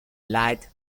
light